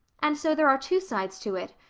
and so there are two sides to it,